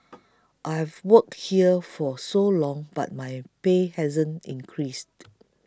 I've worked here for so long but my pay hasn't increased